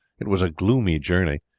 it was a gloomy journey.